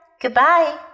goodbye